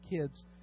kids